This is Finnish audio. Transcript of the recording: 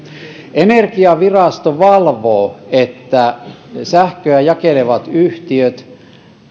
energiavirasto valvoo että sähköä jakelevat yhtiöt